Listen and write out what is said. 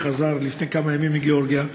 שחזר לפני כמה ימים מגאורגיה.